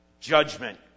judgment